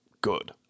good